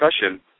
discussion